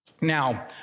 Now